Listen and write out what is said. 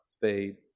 fade